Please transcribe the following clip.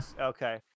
okay